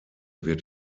wird